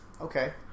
Okay